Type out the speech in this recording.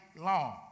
long